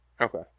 Okay